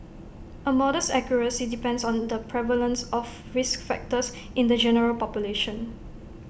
A model's accuracy depends on the prevalence of risk factors in the general population